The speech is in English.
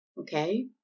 Okay